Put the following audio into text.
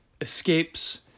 escapes